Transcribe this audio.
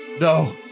No